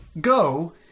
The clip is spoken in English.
go